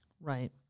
Right